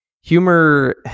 humor